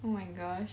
oh my gosh